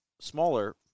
smaller